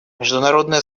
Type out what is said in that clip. международное